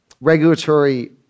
regulatory